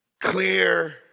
clear